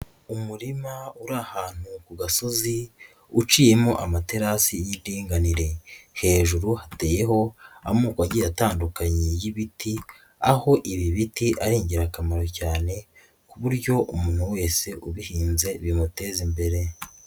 Umurima uri ahantu ku gasozi uciyemo amaterasi y'indinganire. Hejuru hateyeho amoko agiye atandukanye y'ibiti, aho ibi biti ari ingirakamaro cyane ku buryo umuntu wese ubihinze bimuteza imbere.